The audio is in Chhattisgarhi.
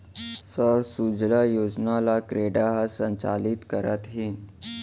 सौर सूजला योजना ल क्रेडा ह संचालित करत हे